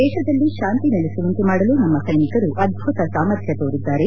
ದೇಶದಲ್ಲಿ ಶಾಂತಿ ನೆಲೆಸುವಂತೆ ಮಾಡಲು ನಮ್ಮ ಸ್ವೆನಿಕರು ಅದ್ಬುತ ಸಾಮರ್ಥ್ಯ ತೋರಿದ್ದಾರೆ